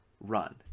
run